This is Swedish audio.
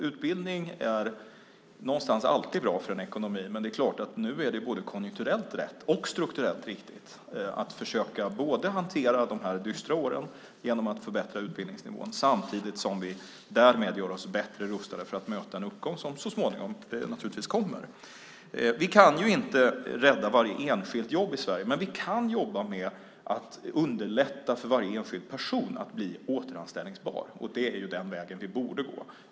Utbildning är någonstans alltid bra för en ekonomi, men det är klart att det nu är både konjunkturellt rätt och strukturellt riktigt att försöka hantera de här dystra åren genom att förbättra utbildningsnivån samtidigt som vi därmed gör oss bättre rustade för att möta en uppgång som så småningom naturligtvis kommer. Vi kan inte rädda varje enskilt jobb i Sverige, men vi kan jobba med att underlätta för varje enskild person att bli återanställbar. Det är ju den väg vi borde gå.